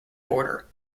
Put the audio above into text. border